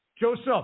Joseph